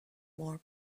more